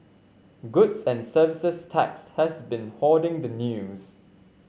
goods and Services Tax has been hoarding the news